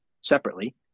separately